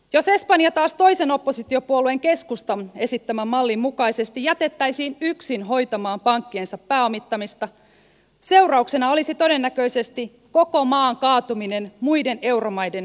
jos espanja taas toisen oppositiopuolueen keskustan esittämän mallin mukaisesti jätettäisiin yksin hoitamaan pankkiensa pääomittamista seurauksena olisi todennäköisesti koko maan kaatuminen muiden euromaiden hätälainojen varaan